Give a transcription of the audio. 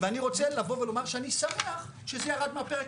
ואני רוצה לבוא ולומר שאני שמח שזה ירד מהפרק,